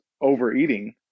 Overeating